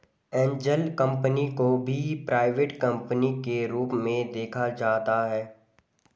angel company को भी private company के रूप में देखा जाता है